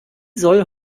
soll